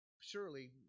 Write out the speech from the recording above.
surely